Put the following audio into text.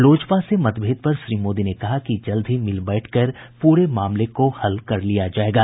लोजपा से मतभेद पर श्री मोदी ने कहा कि जल्द ही मिल बैठकर पूरे मामले को हल कर लिया जायेगा